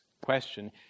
question